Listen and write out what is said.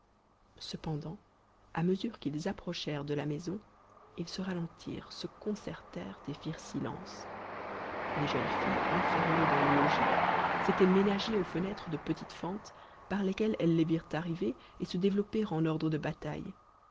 cependant à mesure qu'ils approchèrent de la maison ils se ralentirent se concertèrent et firent silence les jeunes filles enfermées dans le logis s'étaient ménagé aux fenêtres de petites fentes par lesquelles elles les virent arriver et se développer en ordre de bataille